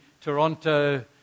Toronto